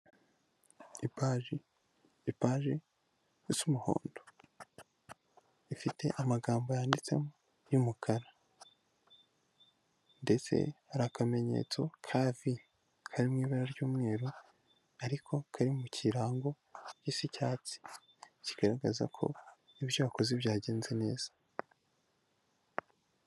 Ipaji z'umuhondo ifite amagambo yanditsemo y'umukara ndetse hari akamenyetso ka vi kari mu ibara ry'umweru ariko kari mu kirango gisa icyatsi kigaragaza ko ibyo wakoze byagenze neza.